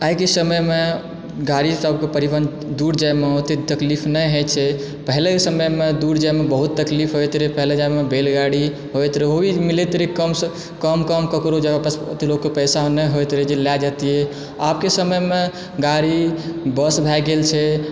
आइके समयमे गाड़ीसभके प्रबन्ध दूर जाइमे ओतेक तकलीफ नहि होयत छै पहिलेके समयमे दूर जाइमे बहुत तकलीफ होइत रहय पहिले जाइमे बैलगाड़ी होयत रहय ओ भी मिलैत रहय कम सम ककरो ओतय ककरो पैसा नहि होय त रहै जे लाय जेतियै आबके समयमे गाड़ी बस भै गेल छै